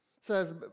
says